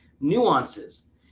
nuances